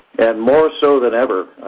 more so than ever,